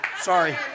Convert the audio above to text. Sorry